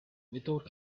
without